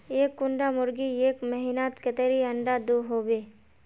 एक कुंडा मुर्गी एक महीनात कतेरी अंडा दो होबे?